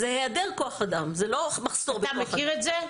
אתה מכיר את זה?